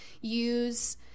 use